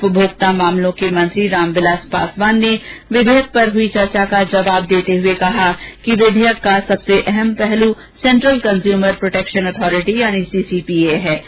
उपभोक्ता मामलों के मंत्री रामविलास पासवान ने विधेयक पर हई चर्चा का जवाब देते हुए कहा कि विधेयक का सबसे अहम पहलू सेंट्रल कंज्यूमर प्रोटेक्शन अथॉरिटी यानी सीसीपीए है ै